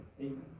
Amen